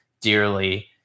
dearly